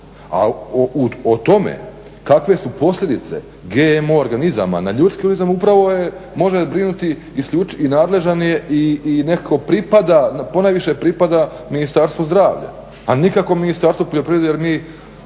o tome kakve su posljedice GMO organizama na ljudski organizam upravo je, može brinuti i nadležan je i nekako pripada, ponajviše pripada Ministarstvu zdravlja, a nikako Ministarstvu poljoprivrede jer mi,